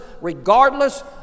regardless